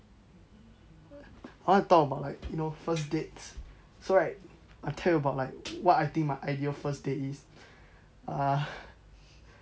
I wanna talk about like you know first dates so right I tell you about like what I think my ideal first date is err